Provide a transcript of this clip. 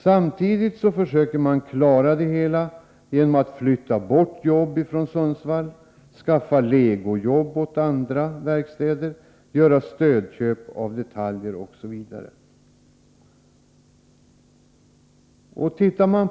Man försöker klara det hela genom att flytta jobb från Sundsvall, skaffa legojobb åt andra verkstäder, göra stödköp av detaljer, osv.